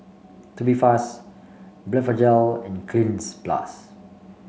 tubifast Blephagel and Cleanz Plus